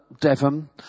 Devon